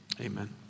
Amen